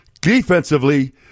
defensively